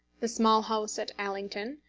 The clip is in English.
the small house at allington